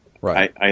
Right